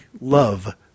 love